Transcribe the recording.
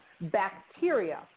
bacteria